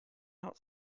out